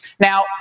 Now